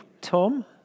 Tom